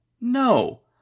No